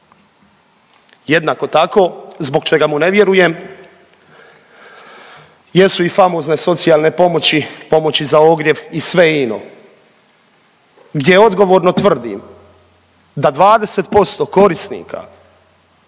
Jednako tako zbog čega mu ne vjerujem jesu i famozne socijalne pomoći, pomoći za ogrjev i sve ino, gdje je odgovorno tvrdim da 20% korisnika